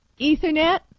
ethernet